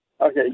Okay